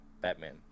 Batman